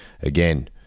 again